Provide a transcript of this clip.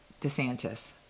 DeSantis